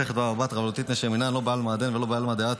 מסכת בבא בתרא ולא תתנשי מנן לא בעלמא הדין ולא בעלמא דאתי,